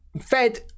fed